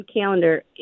calendar